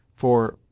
for,